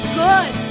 good